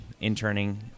interning